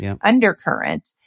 undercurrent